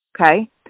Okay